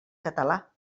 català